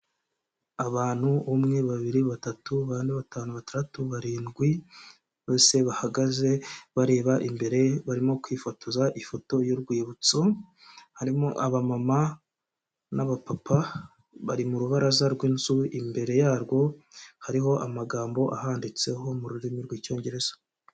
Abantu umwe babiri batatu bane batanu bataratu barindwi bose bahagaze bareba imbere barimo kwifotoza ifoto y'urwibutso, harimo abamama n'abapapa bari mu rubaraza rw'inzu, imbere yarwo hariho amagambo ahanditseho mu rurimi rw'Icyongereza.